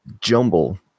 jumble